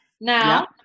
Now